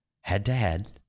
head-to-head